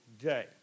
day